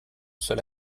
seul